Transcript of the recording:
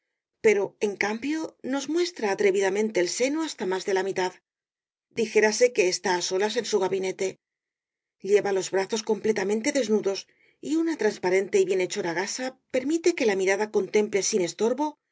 pero en cambio nos muestra atrevidamente el seno hasta más de la mitad dijérase que está á solas en su gabinete lleva los brazos completamente desnudos y una transparente y bienhechora gasa permite que la mirada contemple sin estorbo